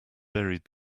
buried